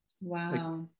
Wow